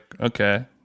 okay